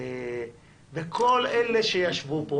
וכל אלה שישבו פה